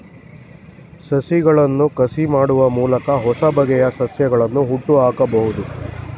ಸಸಿಗಳಿಗೆ ಕಸಿ ಮಾಡುವ ಮೂಲಕ ಹೊಸಬಗೆಯ ಸಸ್ಯಗಳನ್ನು ಹುಟ್ಟುಹಾಕಬೋದು